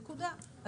נקודה,